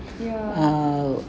ya